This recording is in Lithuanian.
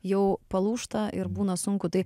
jau palūžta ir būna sunku tai